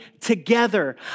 together